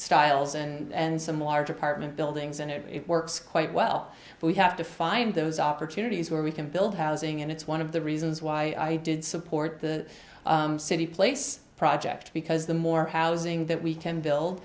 styles and some large apartment buildings and it works quite well but we have to find those opportunities where we can build housing and it's one of the reasons why i did support the city place project because the more housing that we can build